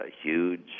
huge